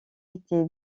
été